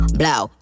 blow